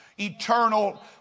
eternal